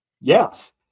Yes